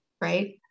right